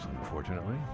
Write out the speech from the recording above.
unfortunately